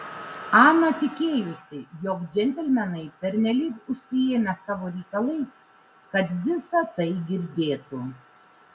ana tikėjosi jog džentelmenai pernelyg užsiėmę savo reikalais kad visa tai girdėtų